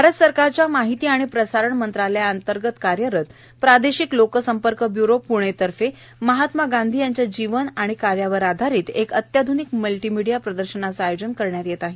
भारत सरकारच्या माहिती आणि प्रसारण मंत्रालय अंतर्गत कार्यरत प्रादेशिक लोक सम्पर्क ब्यूरो प्णेतर्फे महात्मा गांधी यांच्या जीवन आणि कार्यावर आधारित एक अत्याध्निक मल्टीमीडिया प्रदर्शनाचे आयोजन करण्यात येत आहे